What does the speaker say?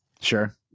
Sure